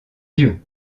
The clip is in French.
yeux